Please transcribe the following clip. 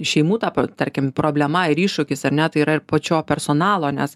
šeimų ta tarkim problema ir iššūkis ar ne tai yra ir pačio personalo nes